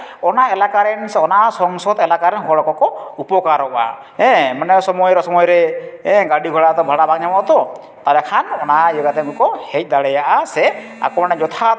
ᱚᱱᱟ ᱮᱞᱟᱠᱟᱨᱮᱱ ᱥᱮ ᱚᱱᱟ ᱥᱚᱝᱥᱚᱫ ᱮᱞᱟᱠᱟᱨᱮᱱ ᱦᱚᱲ ᱠᱚᱠᱚ ᱩᱯᱚᱠᱟᱨᱚᱜᱼᱟ ᱦᱮᱸ ᱢᱟᱱᱮ ᱥᱚᱢᱚᱭ ᱨᱮ ᱥᱚᱢᱚᱭ ᱨᱮ ᱦᱮᱸ ᱜᱟᱹᱰᱤ ᱵᱷᱲᱟ ᱠᱚ ᱵᱷᱟᱲᱟ ᱵᱟᱝ ᱧᱟᱢᱚᱜᱼᱟ ᱛᱚ ᱛᱟᱦᱚᱞᱮ ᱠᱷᱟᱱ ᱚᱱᱟ ᱤᱭᱟᱹ ᱠᱟᱛᱮ ᱦᱚᱸᱠᱚ ᱦᱮᱡ ᱫᱟᱲᱮᱭᱟᱜᱼᱟ ᱥᱮ ᱟᱠᱚ ᱚᱸᱰᱮ ᱡᱚᱛᱷᱟᱛ